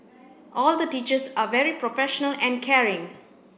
all the teachers are very professional and caring